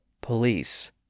police